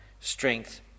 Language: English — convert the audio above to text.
strength